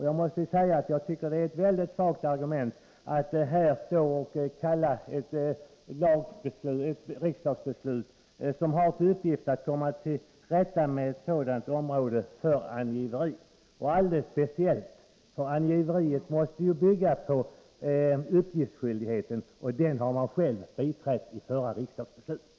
Jag tycker att det är ett mycket svagt argument att här kalla åtgärder som har till uppgift att komma till rätta med problemen på det här området för angiveri, alldeles speciellt som talet om angiveri måste bygga på uppgiftsskyldigheten, och förslaget om den har moderaterna alltså biträtt vid förra riksdagsbeslutet.